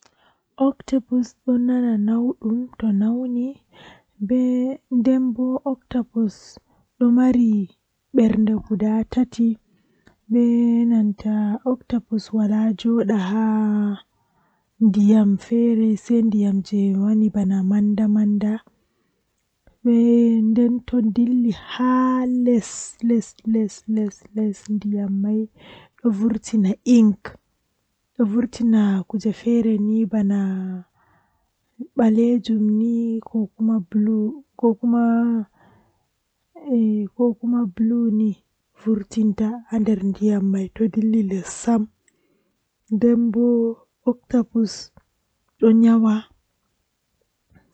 Ndikka mi wolwana yaare himbe haami yahi fu dow mi wolwina dabbaji ngam dabbaji kam komoi andi dabbaji wala wolwa nden dabbaji feere awolwanabe ma haa noi wada amma amma yareeji duniya do ha ajippi pat ko goddo weefu adon nana nden awawan alornitina mo midon yia